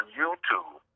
youtube